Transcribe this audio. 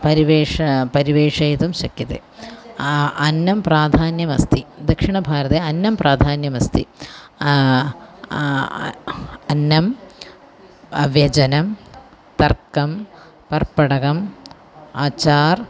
परिवेशणं परिवेशयितुं शक्यते अन्नं प्राधान्यम् अस्ति दक्षिणभारते अन्नं प्राधान्यम् अस्ति अन्नम् व्यञ्जनं तक्रं पर्पटम् अचार्